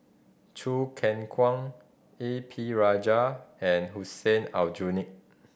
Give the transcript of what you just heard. Choo Keng Kwang A P Rajah and Hussein Aljunied